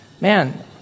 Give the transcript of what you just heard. man